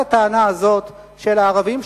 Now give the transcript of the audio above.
על הטענה הזאת של הערבים,